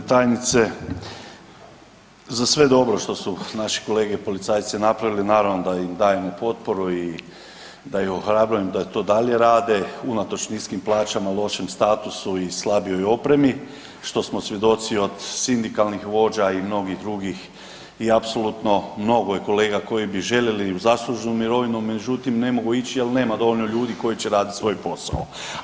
Poštovana državna tajnice za sve dobro što naši kolege policajci napravili naravno da im dajemo potporu i da ih ohrabrujem da i to dalje unatoč niskim plaćama, lošem statusu i slabijoj opremi što smo svjedoci od sindikalnih vođa i mnogih drugih i apsolutno mnogo je kolega koji bi željeli i u zasluženu mirovinu međutim ne mogu ići jer nema dovoljno ljudi koji će raditi svoj posao.